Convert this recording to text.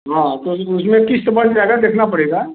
हाँ तो उस उसमें किश्त बन जाएगा देखना पड़ेगा